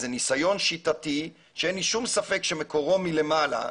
זה ניסיון שיטתי שאין לי שום ספק שמקורו מלמעלה,